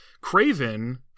Craven